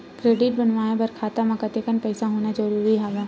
Credit बनवाय बर खाता म कतेकन पईसा होना जरूरी हवय?